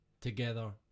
together